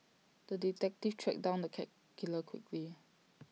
the detective tracked down the cat killer quickly